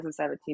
2017